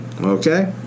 Okay